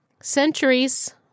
Centuries